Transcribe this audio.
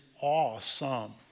awesome